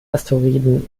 asteroiden